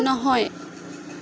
নহয়